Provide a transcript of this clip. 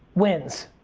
wins.